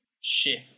shift